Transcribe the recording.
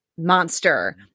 monster